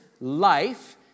life